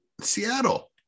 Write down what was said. Seattle